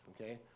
Okay